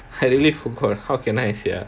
I really forgot how can I sia